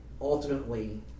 ultimately